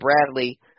Bradley